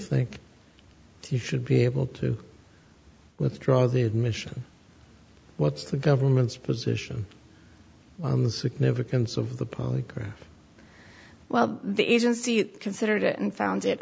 think you should be able to withdraw the admission what's the government's position on the significance of the public well the agency considered it and found it